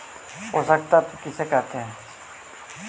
पोषक तत्त्व किसे कहते हैं?